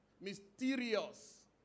mysterious